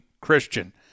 Christian